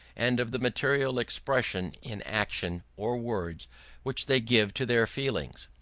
and of the material expression in action or words which they give to their feelings.